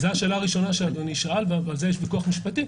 זו השאלה הראשונה שאדוני שאל ועל זה יש ויכוח משפטי.